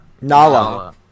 Nala